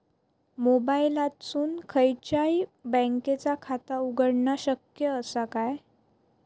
मोबाईलातसून खयच्याई बँकेचा खाता उघडणा शक्य असा काय?